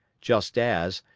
just as,